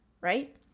right